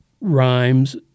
rhymes